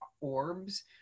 orbs